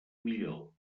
millor